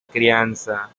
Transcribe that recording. crianza